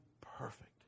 perfect